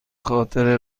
خاطر